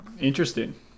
interesting